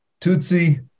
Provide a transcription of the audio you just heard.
Tutsi